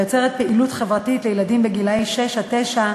היוצרת פעילות חברתית לילדים בני שש תשע,